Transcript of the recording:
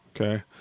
Okay